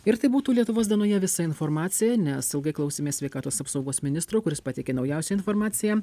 ir tai būtų lietuvos dienoje visa informacija nes ilgai klausėmės sveikatos apsaugos ministro kuris pateikė naujausią informaciją